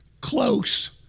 Close